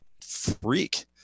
freak